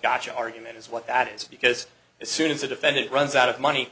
gotcha argument is what that is because it suits a defendant runs out of money